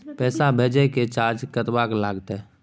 पैसा भेजय के चार्ज कतबा लागते?